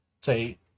Say